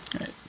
Right